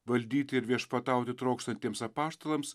valdyti ir viešpatauti trokštantiems apaštalams